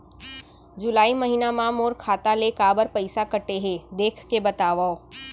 जुलाई महीना मा मोर खाता ले काबर पइसा कटे हे, देख के बतावव?